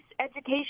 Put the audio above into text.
education